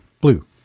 blue